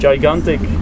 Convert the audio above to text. Gigantic